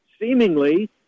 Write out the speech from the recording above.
seemingly